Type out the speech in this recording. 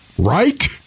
Right